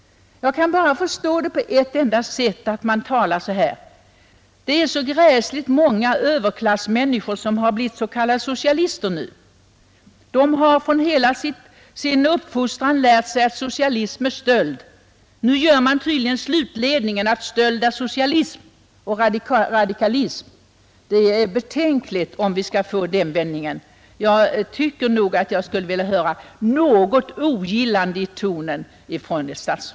Jag kan endast förklara det inträffade på ett sätt. Det är så många överklassmänniskor som numera blivit s.k. socialister, och de har under sin uppfostran lärt sig att socialism är stöld. Nu gör man tydligen slutledningen att stöld är socialism och radikalism. Det är betänkligt om en sådan uppfattning skulle vinna gehör. Jag tycker att ett statsråd i detta sammanhang borde ha visat något av ogillande i sin ton.